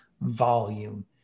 volume